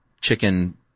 chicken